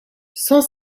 cent